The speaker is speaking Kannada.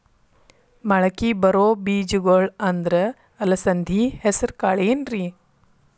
ಮಳಕಿ ಬರೋ ಬೇಜಗೊಳ್ ಅಂದ್ರ ಅಲಸಂಧಿ, ಹೆಸರ್ ಕಾಳ್ ಏನ್ರಿ?